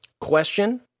question